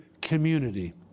community